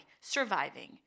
surviving